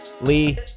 lee